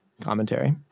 Commentary